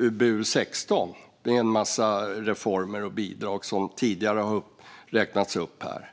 UbU16. Det är en massa reformer och bidrag, vilket har räknats upp här tidigare.